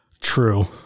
True